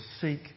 seek